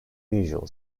visual